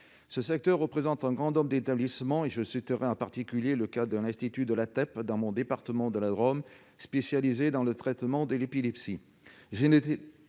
Ce secteur rassemble un grand nombre d'établissements ; je citerai en particulier le cas de l'institut La Teppe, dans mon département de la Drôme, spécialisé dans le traitement de l'épilepsie.